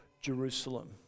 Jerusalem